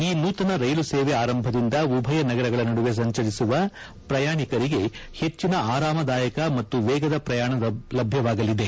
ಈ ನೂತನ ರೈಲು ಸೇವೆ ಆರಂಭದಿಂದ ಉಭಯ ನಗರಗಳ ನಡುವೆ ಸಂಚರಿಸುವ ಪ್ರಯಾಣಿಕರಿಗೆ ಹೆಚ್ಚಿನ ಆರಾಮದಾಯಕ ಮತ್ತು ವೇಗದ ಪ್ರಯಾಣ ಲಭ್ಯವಾಗಲಿದೆ